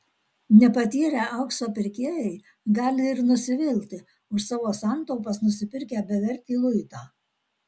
nepatyrę aukso pirkėjai gali ir nusvilti už savo santaupas nusipirkę bevertį luitą